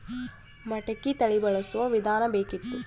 ಮಟಕಿ ತಳಿ ಬಳಸುವ ವಿಧಾನ ಬೇಕಿತ್ತು?